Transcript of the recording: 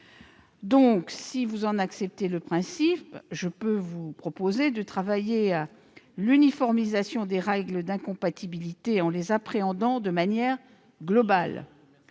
si vous en acceptez le principe, de travailler à l'uniformisation des règles d'incompatibilité en les appréhendant de manière globale